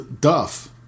Duff